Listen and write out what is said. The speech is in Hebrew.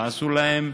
עשו להם